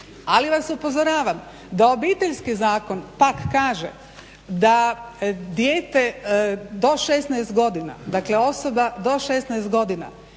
Ali vas upozoravam da Obiteljski zakon pak kaže da dijete do 16 godina, dakle osoba do 16 godina